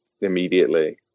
immediately